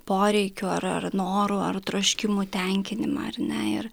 poreikių ar ar norų ar troškimų tenkinimą ar ne ir